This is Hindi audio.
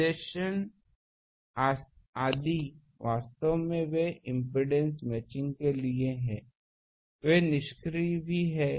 निर्देशक आदि वास्तव में वे इम्पीडेन्स मैचिंग के लिए हैं वे निष्क्रिय भी हैं